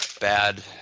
bad